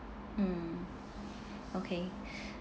mm okay